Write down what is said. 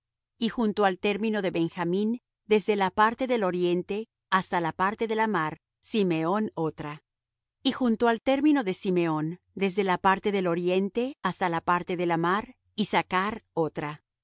y junto al término de benjamín desde la parte del oriente hasta la parte de la mar simeón otra y junto al término de simeón desde la parte del oriente hasta la parte de la mar issachr otra